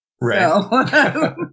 Right